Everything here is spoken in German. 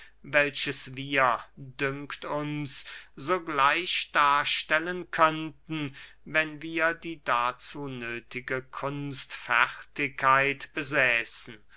welches wir dünkt uns sogleich darstellen könnten wenn wir die dazu nöthige kunstfertigkeit besäßen